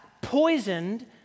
poisoned